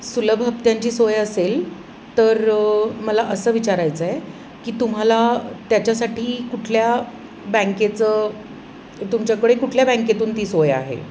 सुलभ हप्त्यांची सोय असेल तर मला असं विचारायचं आहे की तुम्हाला त्याच्यासाठी कुठल्या बँकेचं तुमच्याकडे कुठल्या बँकेतून ती सोय आहे